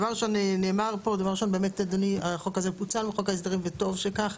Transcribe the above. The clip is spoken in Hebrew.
דבר ראשון, החוק הזה פוצל מחוק ההסדרים, וטוב שכך.